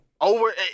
Over